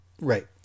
Right